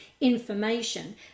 information